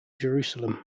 jerusalem